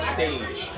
Stage